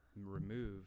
remove